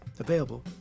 available